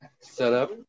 setup